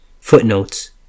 Footnotes